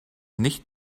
nicht